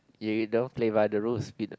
you you don't play by the rules you know